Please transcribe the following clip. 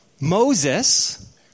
Moses